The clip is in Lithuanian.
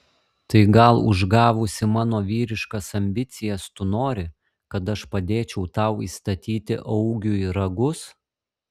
tai gal užgavusi mano vyriškas ambicijas tu nori kad aš padėčiau tau įstatyti augiui ragus